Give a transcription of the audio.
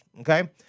okay